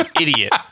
idiot